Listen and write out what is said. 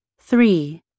Three